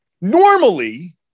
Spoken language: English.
Normally